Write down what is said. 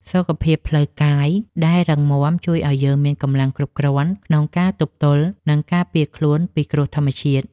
សុខភាពផ្លូវកាយដែលរឹងមាំជួយឱ្យយើងមានកម្លាំងគ្រប់គ្រាន់ក្នុងការទប់ទល់ និងការពារខ្លួនពីគ្រោះធម្មជាតិ។